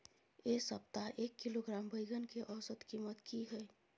ऐ सप्ताह एक किलोग्राम बैंगन के औसत कीमत कि हय?